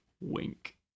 Wink